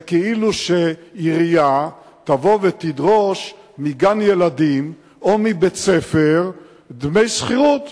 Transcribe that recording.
זה כאילו שעירייה תבוא ותדרוש מגן-ילדים או מבית-ספר דמי שכירות.